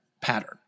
pattern